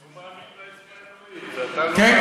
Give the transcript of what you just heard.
כן,